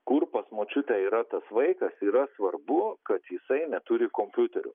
kur pas močiutę yra tas vaikas yra svarbu kad jisai neturi kompiuterių